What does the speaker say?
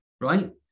right